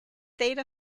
theta